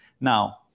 Now